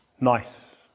nice